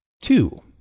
Two